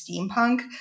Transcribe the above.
steampunk